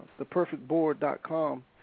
theperfectboard.com